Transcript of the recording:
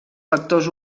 factors